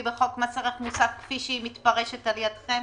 בחוק מס ערך מוסף כפי שהיא מתפרשת על ידכם?